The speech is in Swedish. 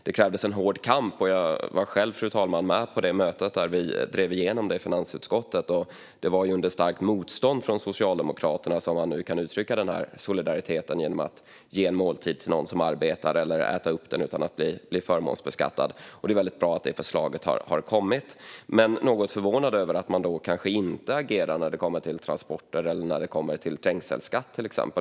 Det krävdes en hård kamp. Jag var själv, fru talman, med på det möte där vi drev igenom detta i finansutskottet. Det är efter starkt motstånd från Socialdemokraterna som man nu kan uttrycka denna solidaritet genom att ge en måltid till någon som arbetar eller äta upp den utan att bli förmånsbeskattad. Det är väldigt bra att detta förslag har kommit, men jag är något förvånad över att man inte agerar till exempel när det kommer till transporter eller trängselskatt.